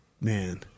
Man